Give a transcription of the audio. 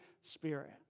Spirit